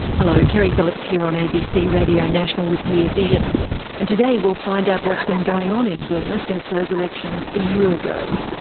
hello, keri phillips here on abc radio national with rear vision and today we'll find out what's been going on in burma since those elections a year ago.